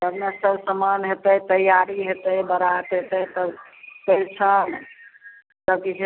तब ने सब समान हेतै तैयारी हेतै बारात एतै तब परिछन सब किछ